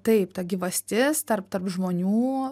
taip ta gyvastis tarp tarp žmonių